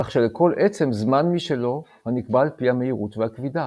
כך שלכל עצם זמן משלו הנקבע על פי המהירות והכבידה.